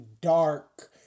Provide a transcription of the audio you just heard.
dark